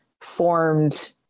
formed